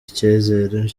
icyizere